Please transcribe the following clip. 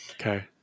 Okay